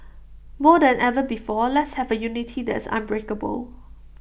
more than ever before let's have A unity that is unbreakable